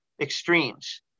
extremes